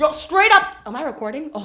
but straight up. am i recording?